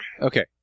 Okay